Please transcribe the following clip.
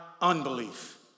unbelief